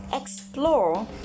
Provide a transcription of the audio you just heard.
explore